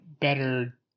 better